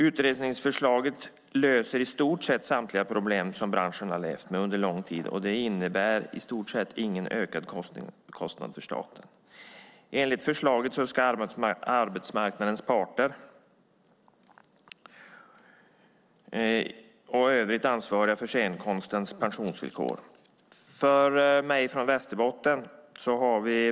Utredningsförslaget löser i stort sett samtliga problem som branschen levt med under lång tid och medför ingen ökad kostnad för staten. Enligt förslaget ska arbetsmarknadens parter ansvara för scenkonstens pensionsvillkor.